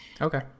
okay